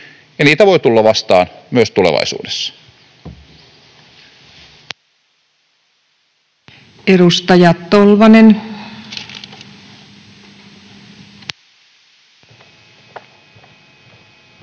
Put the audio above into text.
niitä voi tulla vastaan myös tulevaisuudessa.